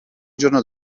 giorno